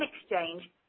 exchange